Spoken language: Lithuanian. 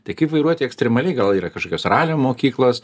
tai kaip vairuoti ekstremaliai gal yra kažkokios ralio mokyklos